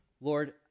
Lord